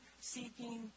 seeking